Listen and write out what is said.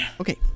Okay